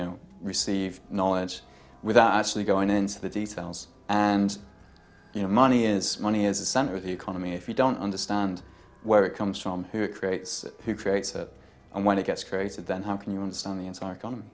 know received knowledge without actually going into the details and you know money is money is the center of the economy if you don't understand where it comes from who it creates who creates it and when it gets created then how can you understand the entire